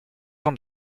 jean